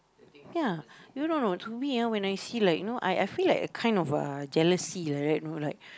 ya you no no to me ah when I see like you know I feel like a kind of jealousy like that you know like